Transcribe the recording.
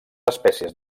espècies